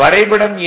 வரைபடம் எண்